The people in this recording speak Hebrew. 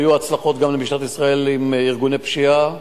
היו הצלחות, גם, למשטרת ישראל עם ארגוני פשיעה.